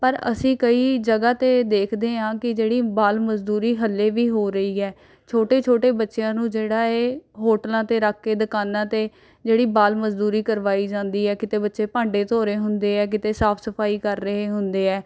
ਪਰ ਅਸੀਂ ਕਈ ਜਗ੍ਹਾ 'ਤੇ ਦੇਖਦੇ ਹਾਂ ਕਿ ਜਿਹੜੀ ਬਾਲ ਮਜ਼ਦੂਰੀ ਹਜੇ ਵੀ ਹੋ ਰਹੀ ਹੈ ਛੋਟੇ ਛੋਟੇ ਬੱਚਿਆਂ ਨੂੰ ਜਿਹੜਾ ਹੈ ਹੋਟਲਾਂ 'ਤੇ ਰੱਖ ਕੇ ਦੁਕਾਨਾਂ 'ਤੇ ਜਿਹੜੀ ਬਾਲ ਮਜ਼ਦੂਰੀ ਕਰਵਾਈ ਜਾਂਦੀ ਹੈ ਕਿਤੇ ਬੱਚੇ ਭਾਂਡੇ ਧੋ ਰਹੇ ਹੁੰਦੇ ਹੈ ਕਿਤੇ ਸਾਫ਼ ਸਫ਼ਾਈ ਕਰ ਰਹੇ ਹੁੰਦੇ ਹੈ